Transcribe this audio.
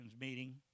meeting